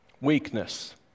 Weakness